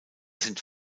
sind